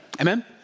Amen